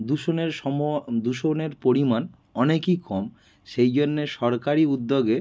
দূষণের সম্ভাব দূষণের পরিমাণ অনেকই কম সেই জন্যে সরকারি উদ্যোগে